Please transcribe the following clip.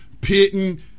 pitting